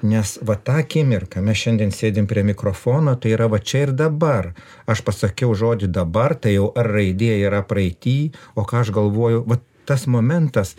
nes va tą akimirką mes šiandien sėdime prie mikrofono tai yra va čia ir dabar aš pasakiau žodį dabar tai jau raidė yra praeity o ką aš galvoju va tas momentas